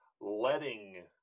letting